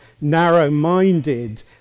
narrow-minded